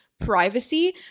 Privacy